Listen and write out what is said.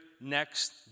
next